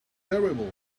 terrible